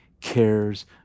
cares